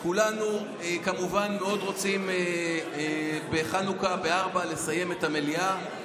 כולנו כמובן מאוד רוצים לסיים את המליאה בחנוכה ב-16:00.